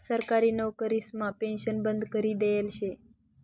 सरकारी नवकरीसमा पेन्शन बंद करी देयेल शे